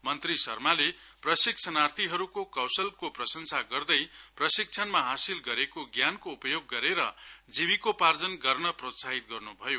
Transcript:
मन्त्री शर्माले प्रशिक्षणार्थीहरूको कौशलको प्रशंस गर्दै प्रशिक्षणमा हासिल गरेको ज्ञानको उपयोग गरेर जीविकोपार्जन गर्ने प्रोत्साहित गर्न् भयो